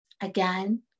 again